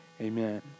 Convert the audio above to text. Amen